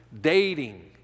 dating